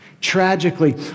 Tragically